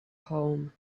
home